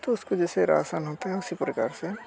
तो उसको जैसे राशन होता है उसी प्रकार से